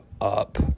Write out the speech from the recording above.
up